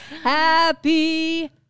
Happy